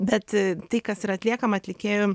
bet tai kas yra atliekama atlikėjų